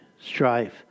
strife